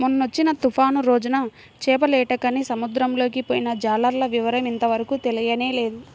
మొన్నొచ్చిన తుఫాను రోజున చేపలేటకని సముద్రంలోకి పొయ్యిన జాలర్ల వివరం ఇంతవరకు తెలియనేలేదు